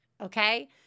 okay